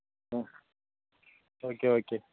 ம் okay okay